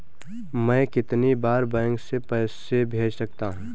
मैं कितनी बार बैंक से पैसे भेज सकता हूँ?